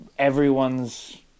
everyone's